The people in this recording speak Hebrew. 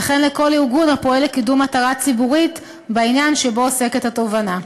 וכן לכל ארגון הפועל לקידום מטרה ציבורית בעניין שבו עוסקת התובענה.